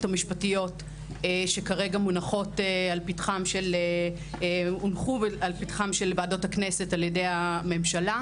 המשפטיות שהונחו על פתחם של ועדות הכנסת על ידי הממשלה.